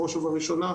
בראש ובראשונה,